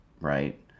right